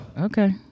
Okay